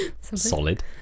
Solid